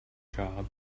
job